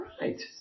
right